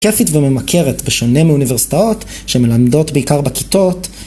כיפית וממכרת בשונה מאוניברסיטאות שמלמדות בעיקר בכיתות